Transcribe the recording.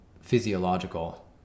physiological